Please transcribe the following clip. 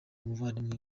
umuvandimwe